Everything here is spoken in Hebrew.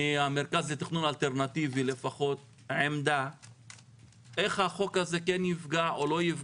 מהמרכז לתכנון אלטרנטיבי איך החוק הזה יפגע או לא,